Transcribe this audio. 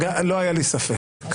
לא היה לי ספק.